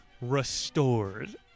Restored